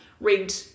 rigged